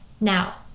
now